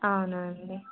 అవునా అండి